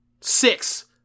six